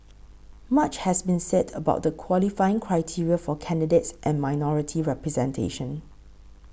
much has been said about the qualifying criteria for candidates and minority representation